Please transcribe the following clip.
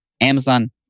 Amazon